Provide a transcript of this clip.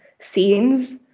scenes